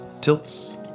tilts